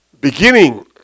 Beginning